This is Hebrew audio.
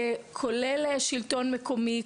כולל שלטון מקומי,